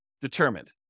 determined